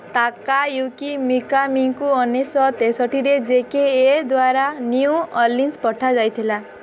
Takayuki ମିକାମିଙ୍କୁ ଉଣେଇଶି ତେଷଠିରେ ଜେ କେ ଏ ଦ୍ୱାରା ନ୍ୟୁ ଅର୍ଲିନ୍ସ୍ ପଠାଯାଇଥିଲା